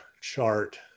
chart